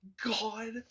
god